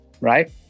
right